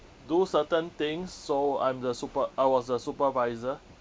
do certain things so I'm the super~ I was the supervisor